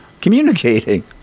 communicating